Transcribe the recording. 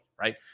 right